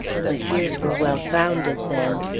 my fears were well founded, then.